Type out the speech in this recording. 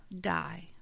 die